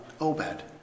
Obed